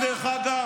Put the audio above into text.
גדר.